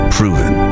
Proven